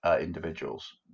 individuals